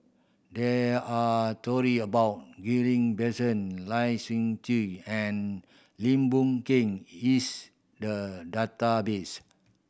there are story about Ghillie Basan Lai Siu Chiu and Lim Boon Keng is the database